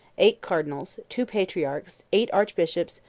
eight cardinals, two patriarchs, eight archbishops,